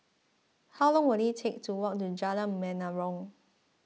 how long will it take to walk to Jalan Menarong